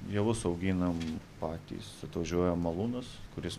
javus auginam patys atvažiuoja malūnas kuris